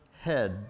head